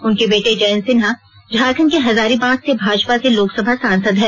उनके बेटे जयंत सिन्हा झारखण्ड के हजारीबाग से भाजपा से लोकसभा सांसद हैं